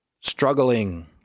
struggling